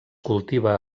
cultiva